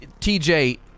TJ